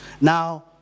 Now